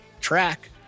track